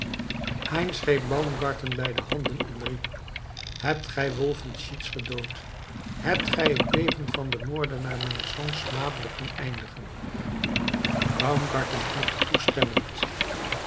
heinz greep baumgarten bij de handen en riep hebt gij wolfenschiez gedood hebt gij het leven van den moordenaar mijner zoons smadelijk doen eindigen baumgarten knikte toestemmend